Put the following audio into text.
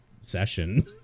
session